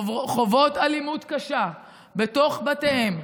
שחוות אלימות קשה בתוך בתיהן,